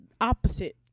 opposite